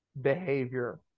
behavior